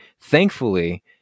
thankfully